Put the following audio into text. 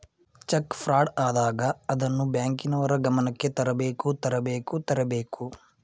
check fraud ಆದಾಗ ಅದನ್ನು ಬ್ಯಾಂಕಿನವರ ಗಮನಕ್ಕೆ ತರಬೇಕು ತರಬೇಕು ತರಬೇಕು